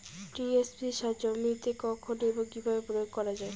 TSP সার জমিতে কখন এবং কিভাবে প্রয়োগ করা য়ায়?